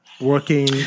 working